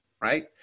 right